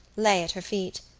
lay at her feet.